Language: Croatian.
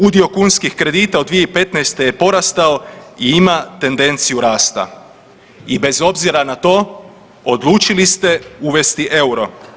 Udio kunskih kredita od 2015. je porastao i ima tendenciju rasta i bez obzira na to odlučili ste uvesti EUR-o.